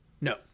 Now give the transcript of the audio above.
No